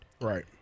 Right